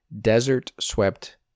desert-swept